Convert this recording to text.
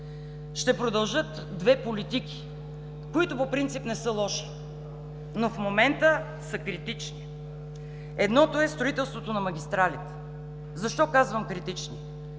Ще продължат две политики, които по принцип не са лоши, но в момента са критични. Едното е строителството на магистрали. Защо казвам „критични“?